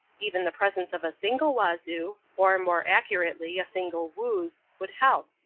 even the presence of a single wazoo, or, more accurately, a single wooz, would help.